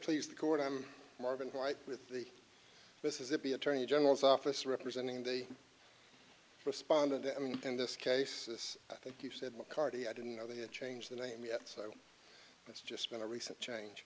please the court i'm marvin white with the mississippi attorney general's office representing the respondent i mean in this case as i think you said mccarty i didn't know they had changed the name yet so it's just been a recent change